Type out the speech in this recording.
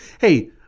Hey